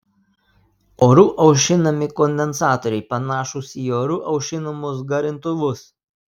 oru aušinami kondensatoriai panašūs į oru aušinamus garintuvus